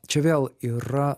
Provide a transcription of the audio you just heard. čia vėl yra